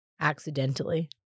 accidentally